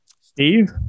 Steve